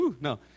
No